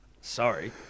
Sorry